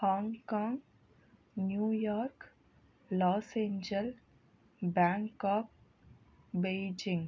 Hong Kong New York los angel Bangkok Beijing